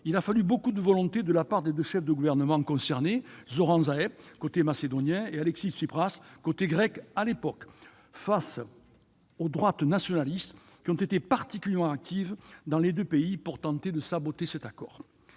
il a fallu beaucoup de volonté de la part des deux chefs de gouvernement concernés, Zoran Zaev, côté macédonien, et Alexis Tsipras, côté grec, face aux droites nationalistes, lesquelles ont été particulièrement actives dans les deux pays pour tenter de saboter l'accord.